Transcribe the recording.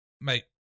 mate